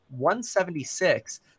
176